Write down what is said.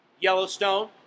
Yellowstone